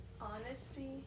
honesty